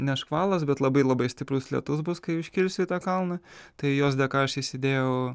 ne škvalas bet labai labai stiprus lietus bus kai užkilsiu į tą kalną tai jos dėka aš įsidėjau